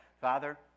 Father